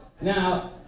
Now